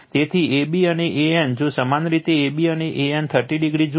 તેથી ab અને an જો સમાન રીતે ab અને an 30o જુઓ